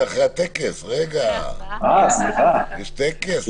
רגע, תודה רבה זה אחרי הטקס.